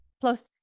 Plus